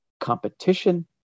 competition